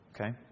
Okay